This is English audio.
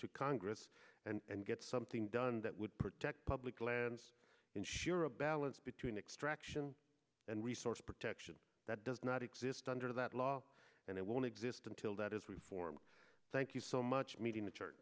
to congress and get something done that would protect public lands ensure a balance between extraction and resource protection that does not exist under that law and it won't exist until that is we form thank you so much me